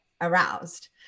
aroused